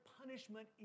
punishment